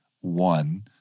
One